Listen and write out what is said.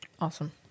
Awesome